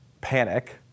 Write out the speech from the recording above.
panic